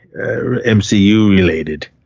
MCU-related